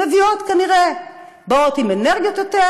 באות כנראה עם יותר אנרגיות.